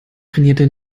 trainierte